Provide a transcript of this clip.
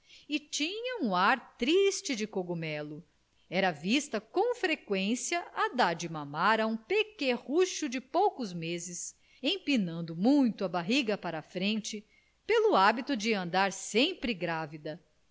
e tinha um ar triste de cogumelo era vista com freqüência a dar de mamar a um pequerrucho de poucos meses empinando muito a barriga para a frente pelo hábito de andar sempre grávida